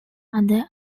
other